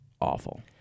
awful